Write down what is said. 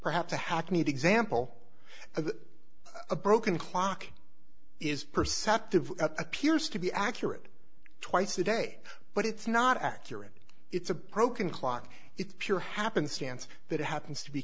perhaps the hackneyed example of a broken clock is perceptive appears to be accurate twice a day but it's not accurate it's a broken clock it's pure happenstance that happens to be